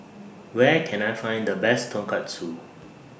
Where Can I Find The Best Tonkatsu